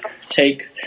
take